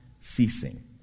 ceasing